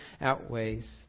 outweighs